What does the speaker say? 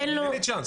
תן לי צ'אנס.